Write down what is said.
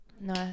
No